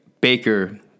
Baker